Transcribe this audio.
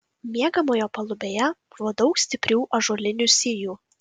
miegamojo palubėje buvo daug stiprių ąžuolinių sijų